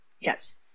Yes